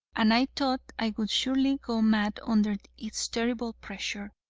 and i thought i would surely go mad under its terrible pressure.